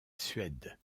suède